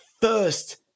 first